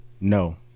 No